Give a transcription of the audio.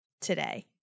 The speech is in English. today